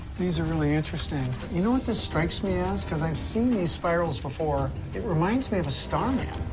these are really interesting. you know what this strikes me as? cause i've seen these spirals before. it reminds me of a star map.